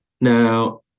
Now